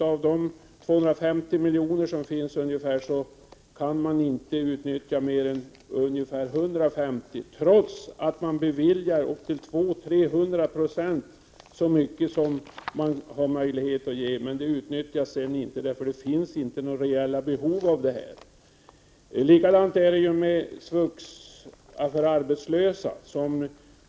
Av de ungefär 250 milj.kr. som finns för detta ändamål kan man inte utnyttja mer än ungefär 150 trots att CSN beviljar upp till mellan 200 och 300 26 mer än man har möjlighet att bevilja. Bidragen utnyttjas ändå inte, eftersom det inte finns några reella behov av dem. Likadant är det med stödet till de arbetslösa.